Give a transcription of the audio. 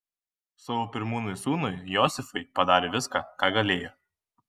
savo pirmūnui sūnui josifui padarė viską ką galėjo